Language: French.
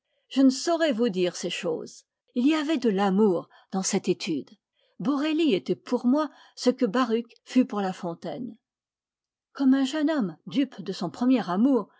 je ne saurais vous dire ces choses il y avait de l'amour dans cette étude borelli était pour moi ce que baruch fut pour la fontaine comme un jeune homme dupe de son premier amour